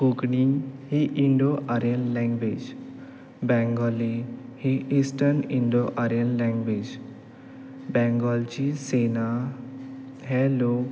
कोंकणी ही Indo Aryan language Bengali ही eastern Indo Aryan language बेंगोलची सेना हे लोक